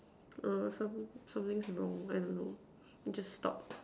err some something's wrong I don't know just stopped